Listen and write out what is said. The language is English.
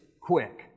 quick